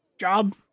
Job